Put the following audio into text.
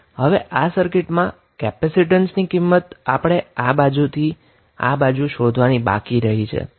હવે આપણે આ સર્કિટ માં આ બાજુ થી આ બાજુ વચ્ચે કેપેસિટન્સ ની વેલ્યુ શોધવાની બાકી રહી છે